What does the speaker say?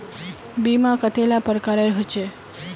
बीमा कतेला प्रकारेर होचे?